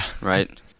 right